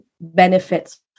benefits